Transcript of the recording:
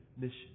mission